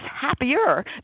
happier